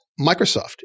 Microsoft